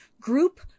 Group